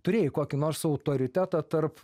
turėjai kokį nors autoritetą tarp